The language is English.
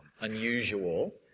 unusual